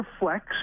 reflects